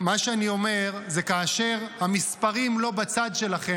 מה שאני אומר זה שכאשר המספרים לא בצד שלכם,